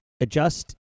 adjust